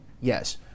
Yes